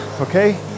okay